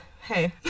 Hey